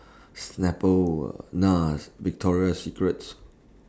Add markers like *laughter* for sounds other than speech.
Snapple *hesitation* Nars Victoria Secrets